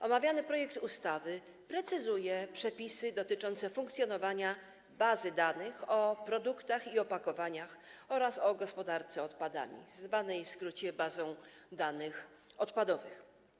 Omawiany projekt ustawy precyzuje przepisy dotyczące funkcjonowania bazy danych o produktach i opakowaniach oraz o gospodarce odpadami, zwanej w skrócie bazą danych odpadowych.